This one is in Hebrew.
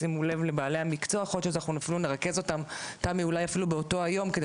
שאולי נרכז את בעלי המקצוע באותו היום כדי